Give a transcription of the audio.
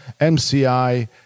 MCI